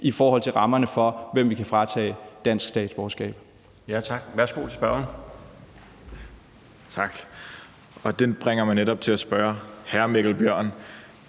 i forhold til rammerne for, hvem vi kan fratage dansk statsborgerskab.